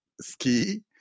ski